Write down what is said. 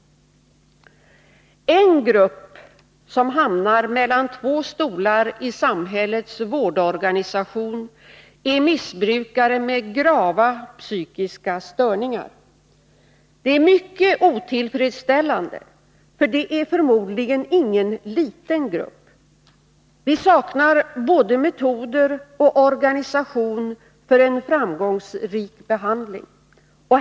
En grupp som hamnar mellan två stolar i samhällets vårdorganisation är missbrukare med grava psykiska störningar. Det är mycket otillfredsställande, för detta är förmodligen ingen liten grupp. Vi saknar både metoder och organisation för en framgångsrik behandling.